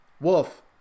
wolf